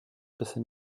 bisher